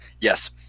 Yes